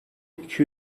iki